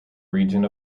region